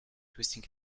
twisting